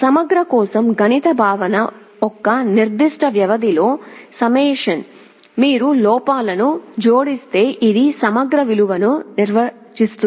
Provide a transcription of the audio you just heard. సమగ్ర కోసం గణిత భావన ఒక నిర్దిష్ట వ్యవధిలో సమ్మషన్ మీరు లోపాలను జోడిస్తే ఇది సమగ్ర విలువను నిర్వచిస్తుంది